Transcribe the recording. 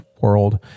world